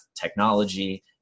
technology